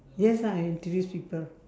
yes ah I introduce people